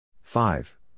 Five